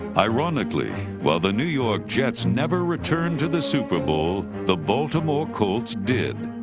ironically, while the new york jets never returned to the super bowl, the baltimore colts did.